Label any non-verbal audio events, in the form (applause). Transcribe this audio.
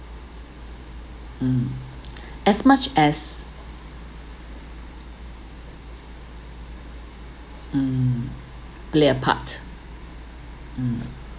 mm (breath) as much as mm play a part mm